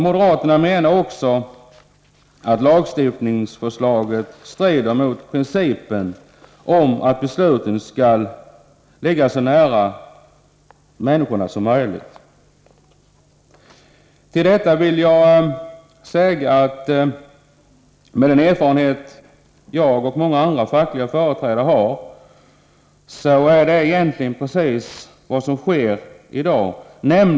Moderaterna menar också att lagstiftningsförslaget strider mot principen att besluten skall fattas så nära människorna som möjligt. Med den erfarenhet som jag och många andra fackliga företrädare har vill jag till detta säga att det egentligen är precis vad som sker i dag.